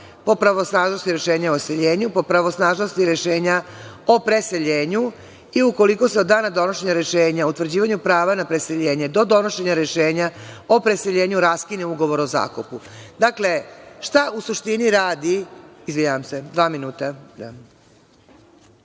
po pravosnažnosti rešenja o iseljenju, po pravosnažnosti rešenja o preseljenju i ukoliko se od dana donošenja rešenja o utvrđivanju prava na preseljenje do donošenja rešenja o preseljenju raskine ugovor o zakupu. Dakle, šta u suštini radi…Izvinjavam se, dva minuta.